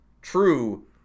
true